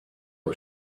was